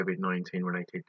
COVID-19-related